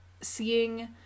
seeing